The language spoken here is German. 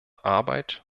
arbeit